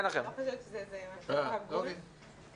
אני לא חושבת שזה לא הגון --- מה?